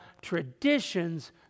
traditions